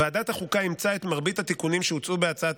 ועדת החוקה אימצה את מרבית התיקונים שהוצעו בהצעת